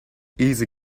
easy